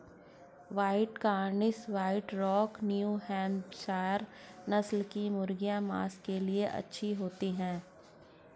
white Cornish, white rock, New Hampshire नस्ल की मुर्गियाँ माँस के लिए अच्छी होती हैं